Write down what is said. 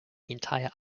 entire